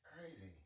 crazy